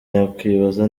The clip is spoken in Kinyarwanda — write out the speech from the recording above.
yakwibaza